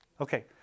Okay